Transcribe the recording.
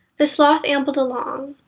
the sloth ambled along.